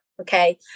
Okay